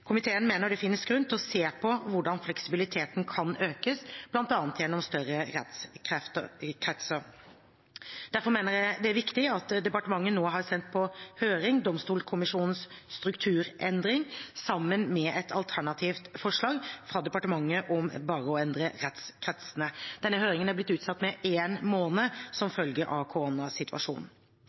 Komiteen mener det finnes grunn til å se på hvordan fleksibiliteten kan økes bl.a. gjennom større rettskretser. Derfor mener jeg det er viktig at departementet nå har sendt på høring Domstolkommisjonens strukturutredning, sammen med et alternativt forslag fra departementet om bare å endre rettskretsene. Denne høringen er blitt utsatt med én måned som følge av